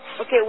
Okay